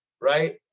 right